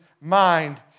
mind